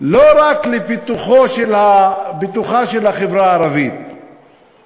לא רק לפיתוחה של החברה הערבית אלא